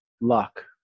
luck